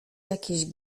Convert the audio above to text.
jakieś